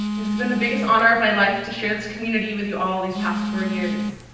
has been the biggest honor of my life to share this community with you all these past four years.